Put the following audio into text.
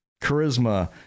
charisma